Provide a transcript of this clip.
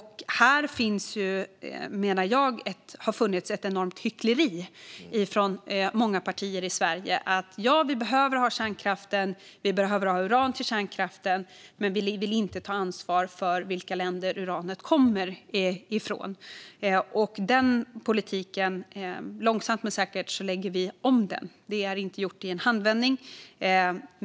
Här har det funnits ett enormt hyckleri från många partier i Sverige - att vi behöver ha kärnkraften och uran till denna kärnkraft men att vi inte vill ta ansvar för vilka länder uranet kommer ifrån. Den politiken lägger vi långsamt men säkert om. Det är inte gjort i en handvändning.